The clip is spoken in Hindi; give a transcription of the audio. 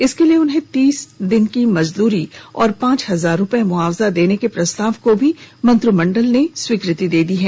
इसके लिए उन्हें तीस दिन की मजदूरी और पांच हजार रुपए मुआवजा देने के प्रस्ताव को भी मंत्रिमंडल ने स्वीकृति दे दी है